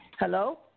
Hello